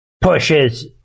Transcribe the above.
pushes